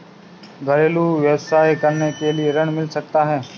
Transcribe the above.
घरेलू व्यवसाय करने के लिए ऋण मिल सकता है?